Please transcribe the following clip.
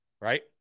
right